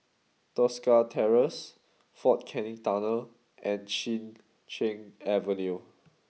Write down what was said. Tosca Terrace Fort Canning Tunnel and Chin Cheng Avenue